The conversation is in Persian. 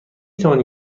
توانی